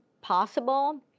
possible